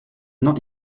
not